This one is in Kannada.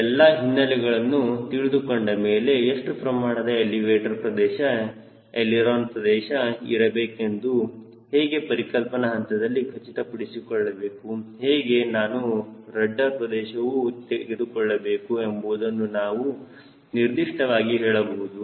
ಈ ಎಲ್ಲಾ ಹಿನ್ನೆಲೆಗಳನ್ನು ತಿಳಿದುಕೊಂಡ ಮೇಲೆ ಎಷ್ಟು ಪ್ರಮಾಣದ ಎಲಿವೇಟರ್ ಪ್ರದೇಶ ಎಳಿರೋನ ಪ್ರದೇಶ ಇರಬೇಕೆಂದು ಹೇಗೆ ಪರಿಕಲ್ಪನಾ ಹಂತದಲ್ಲಿ ಖಚಿತಪಡಿಸಿಕೊಳ್ಳಬೇಕು ಹೇಗೆ ನಾನು ರಡ್ಡರ್ ಪ್ರದೇಶವನ್ನು ತೆಗೆದುಕೊಳ್ಳಬೇಕು ಎಂಬುದನ್ನು ನಾವು ನಿರ್ದಿಷ್ಟವಾಗಿ ಹೇಳಬಹುದು